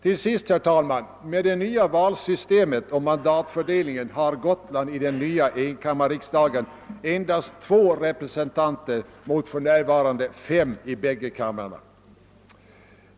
Till sist vill jag säga att Gotland, genom det nya valsystemet och den nya mandatfördelningen, kommer att ha endast två representanter i enkammarriksdagen mot för närvarande tillsammans fem i bägge kamrarna.